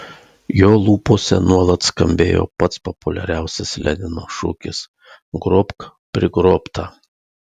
jo lūpose nuolat skambėjo pats populiariausias lenino šūkis grobk prigrobtą